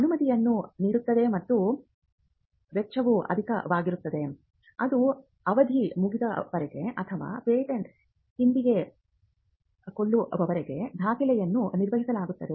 ಅನುಮತಿಯನ್ನು ನೀಡಿದರೆ ಮತ್ತು ವೆಚ್ಚವು ಅಧಿಕವಾಗಿದ್ದರೆ ಅದು ಅವಧಿ ಮುಗಿಯುವವರೆಗೆ ಅಥವಾ ಪೇಟೆಂಟ್ ಹಿಂತೆಗೆದುಕೊಳ್ಳುವವರೆಗೆ ದಾಖಲೆಯನ್ನು ನಿರ್ವಹಿಸಲಾಗುತ್ತದೆ